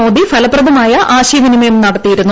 മോദി ഫലപ്രദമായ ആശയവിനിമയം നടത്തിയിരുന്നു